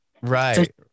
Right